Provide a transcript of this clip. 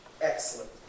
excellent